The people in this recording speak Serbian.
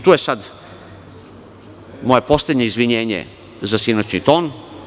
Tu je sada moje poslednje izvinjenje za sinoćni ton.